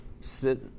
sit